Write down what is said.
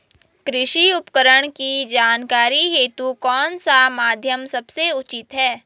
कृषि उपकरण की जानकारी हेतु कौन सा माध्यम सबसे उचित है?